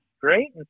great